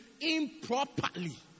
improperly